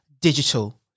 digital